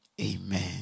Amen